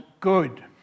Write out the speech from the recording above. good